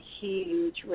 huge